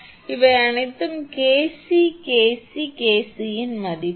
எனவே இவை அனைத்தும் KC KC KC மதிப்பு